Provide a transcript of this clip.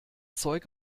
zeug